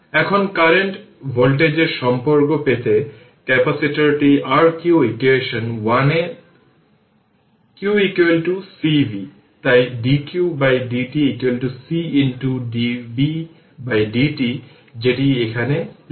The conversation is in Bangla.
এখন কারেন্ট ভোল্টেজের সম্পর্ক পেতে ক্যাপাসিটরটি r q ইকুয়েশন 1 এ q c v তাই dqdt c dbdt যেটি এখানে লিখছি